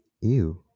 Ew